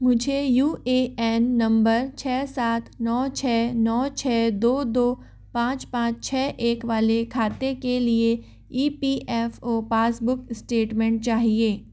मुझे U A N number छः सात नौ छः नौ छः दो दो पाँच पाँच छः एक वाले खाते के लिए E P F O passbook statement चाहिए